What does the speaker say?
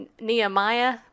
Nehemiah